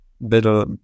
better